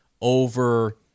over